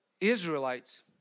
Israelites